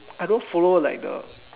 I don't follow like the